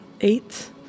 eight